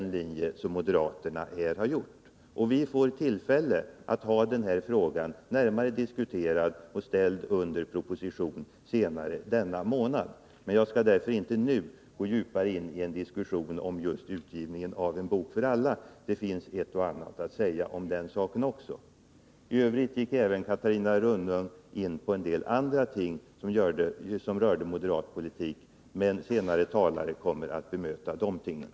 Vi skall diskutera En bok för alla senare denna månad. Då kommer det också att ställas proposition på den frågan. Jag skall därför inte nu gå djupare ini en diskussion om den utgivningen. Det finns eljest ett och annat att säga om den saken också. Catarina Rönnung gick även in på en del andra ting som rörde moderat politik. Andra talare kommer senare att bemöta henne på de punkterna.